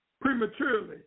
prematurely